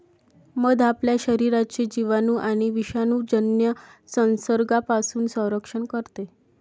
मध आपल्या शरीराचे जिवाणू आणि विषाणूजन्य संसर्गापासून संरक्षण करते